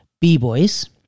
b-boys